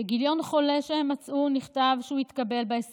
בגיליון חולה שהם מצאו נכתב שהוא התקבל ב-24